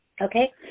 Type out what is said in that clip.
okay